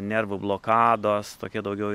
nervų blokados tokie daugiau